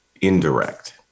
indirect